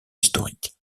historiques